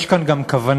יש כאן גם כוונה.